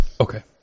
Okay